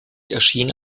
erschien